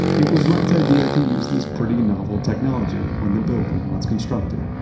it was wright's idea to use this pretty novel technology when the building was constructed.